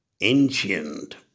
Ancient